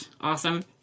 Awesome